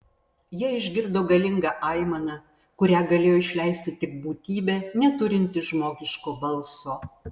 jie išgirdo galingą aimaną kurią galėjo išleisti tik būtybė neturinti žmogiško balso